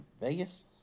Vegas